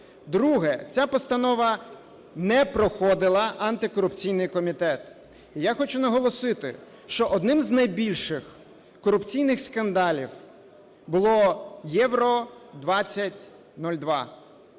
Друге. Ця постанова не проходила антикорупційний комітет. Я хочу наголосити, що одним з найбільших корупційних скандалів було Євро-2012,